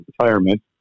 retirement